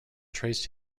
traced